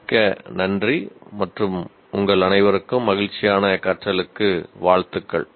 மிக்க நன்றி மற்றும் உங்கள் அனைவருக்கும் மகிழ்ச்சியான கற்றலுக்கு வாழ்த்துக்கள்